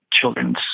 children's